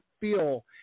feel